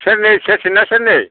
सेरनै सेरसे ना सेरनै